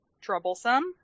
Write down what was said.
troublesome